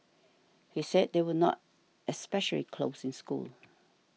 he said they were not especially close in school